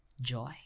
joy